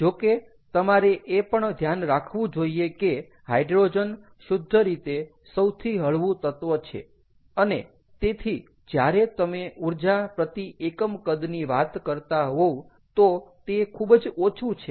જો કે તમારે એ પણ ધ્યાન રાખવું જોઈએ કે હાઈડ્રોજન શુદ્ધ રીતે સૌથી હળવું તત્ત્વ છે અને તેથી જ્યારે તમે ઊર્જા પ્રતિ એકમ કદની વાત કરતા હોવ તો તે ખૂબ જ ઓછું છે